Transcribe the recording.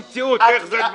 במציאות, איך הדברים ייראו.